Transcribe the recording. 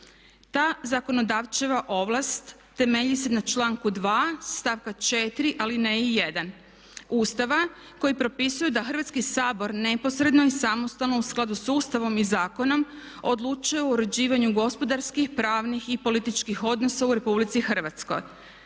Ta zakonodavčeva ovlast temelji se na članku 2. stavka 4. alineji 1. Ustava koji propisuje da Hrvatski sabor neposredno i samostalno u skladu sa Ustavom i zakonom odlučuje o uređivanju gospodarskih, pravnih i političkih odnosa u Republici Hrvatskoj.